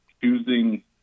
choosing